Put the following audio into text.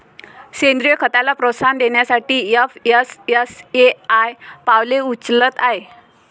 सेंद्रीय खताला प्रोत्साहन देण्यासाठी एफ.एस.एस.ए.आय पावले उचलत आहे